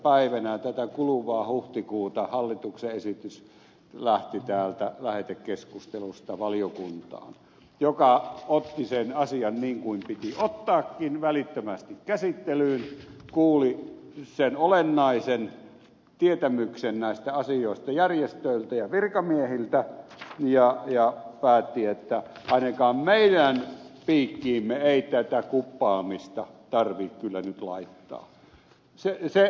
päivänä tätä kuluvaa huhtikuuta hallituksen esitys lähti täältä lähetekeskustelusta valiokuntaan joka otti sen asian niin kuin piti ottaakin välittömästi käsittelyyn kuuli sen olennaisen tietämyksen näistä asioista järjestöiltä ja virkamiehiltä ja päätti että ainakaan meidän piikkiimme ei tätä kuppaamista tarvitse kyllä nyt laittaa